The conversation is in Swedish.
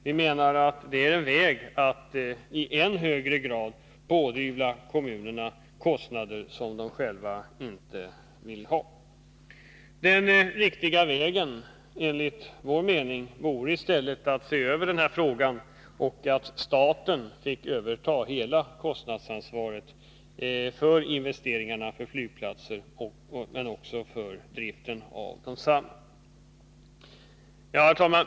Vi menar att det är en väg att i än högre grad ålägga kommunerna kostnader som de själva inte vill ha. Den riktiga vägen, enligt vår mening, vore att staten fick överta hela kostnadsansvaret för investeringarna för flygplatser och för driften av desamma. Herr talman!